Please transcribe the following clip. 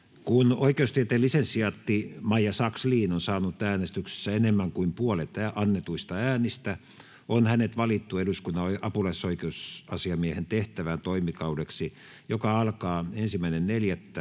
Kun oikeustieteen lisensiaatti Maija Sakslin on saanut äänestyksessä enemmän kuin puolet annetuista äänistä, on hänet valittu eduskunnan apulaisoikeusasiamiehen tehtävään toimikaudeksi, joka alkaa 1.4.2022